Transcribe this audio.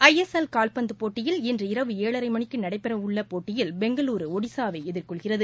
ISL காவ்பந்து போட்டியில் இரவு ஏழரை மணிக்கு நடைபெறவுள்ள போட்டியில் பெங்களுரு ஒடிசாவை எதிர்கொள்கிறது